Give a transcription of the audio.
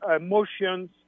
motions